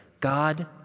God